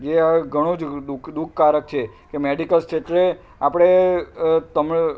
જે ઘણું જ દુઃખ દુઃખકારક છે કે મેડિકલ ક્ષેત્રે આપણે તમે